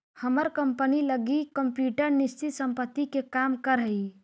हमर कंपनी लगी कंप्यूटर निश्चित संपत्ति के काम करऽ हइ